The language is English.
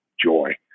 Joy